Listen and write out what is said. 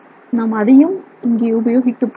நாம் அதையும் இங்கே உபயோகிக்கப் போகிறோம்